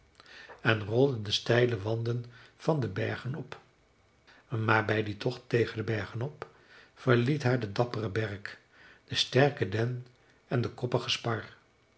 en rolde de steile wanden van de bergen op maar bij dien tocht tegen de bergen op verliet haar de dappere berk de sterke den en de koppige